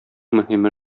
мөһиме